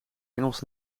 engels